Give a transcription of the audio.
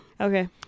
Okay